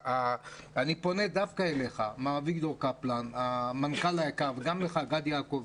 אני פונה דווקא אליך מר אביגדור קפלן המנכ"ל היקר וגם אליך גדי יעקב,